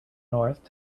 north